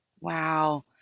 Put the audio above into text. Wow